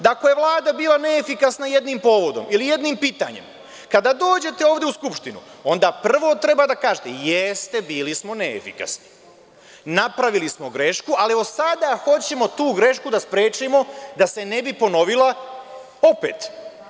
Dakle, Vlada je bila neefikasna jednim povodom ili jednim pitanjem, kada dođete ovde u Skupštinu onda prvo treba da kažete – jeste, bili smo neefikasni, napravili smo grešku, ali evo sada hoćemo tu grešku da sprečimo da se ne bi ponovila opet.